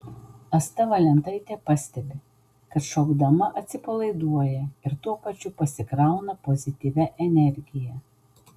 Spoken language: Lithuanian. asta valentaitė pastebi kad šokdama atsipalaiduoja ir tuo pačiu pasikrauna pozityvia energija